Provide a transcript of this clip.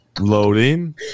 Loading